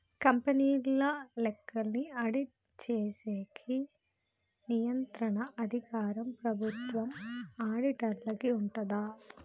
కంపెనీల లెక్కల్ని ఆడిట్ చేసేకి నియంత్రణ అధికారం ప్రభుత్వం ఆడిటర్లకి ఉంటాది